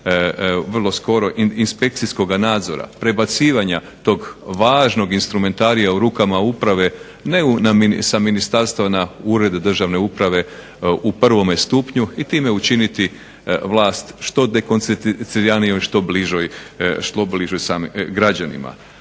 vrlo skoro inspekcijskoga nadzora, prebacivanja tog važnog instrumentarija u rukama uprave ne sa ministarstva na Ured državne uprave u prvome stupnju i time učiniti vlast što … i što bližoj samim građanima.